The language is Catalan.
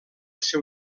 seu